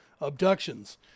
abductions